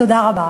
תודה רבה.